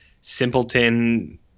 simpleton